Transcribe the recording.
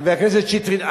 חבר הכנסת שטרית,